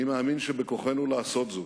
אני מאמין שבכוחנו לעשות זאת.